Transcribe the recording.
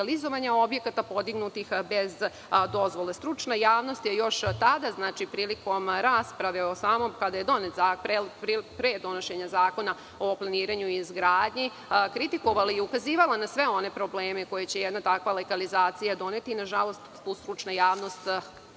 objekata podignutih bez dozvole. Stručna javnost je još tada, prilikom rasprave o samom Zakonu o planiranju i izgradnji, kritikovala i ukazivala na sve one probleme koje će jedna takva legalizacija doneti. Nažalost, stručna javnost